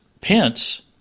Pence